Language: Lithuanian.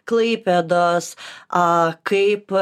klaipėdos a kaip